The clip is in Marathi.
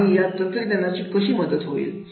आणि या तंत्रज्ञानाची कशी मदत होईल